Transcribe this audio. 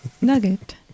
Nugget